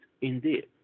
indeed